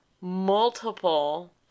multiple